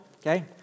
okay